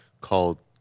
called